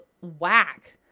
whack